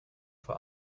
für